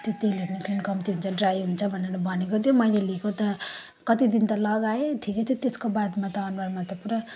त्यो तिलहरू निस्किनु कम्ती हुन्छ ड्राई हुन्छ भनेर भनेको थियो मैले लिएको त कति दिन त लगाएँ ठिकै थियो त्यसको बादमा त अनुहारमा त पुरा